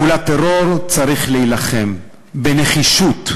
מול הטרור צריך להילחם בנחישות,